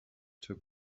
took